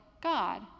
God